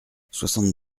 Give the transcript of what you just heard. soixante